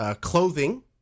clothing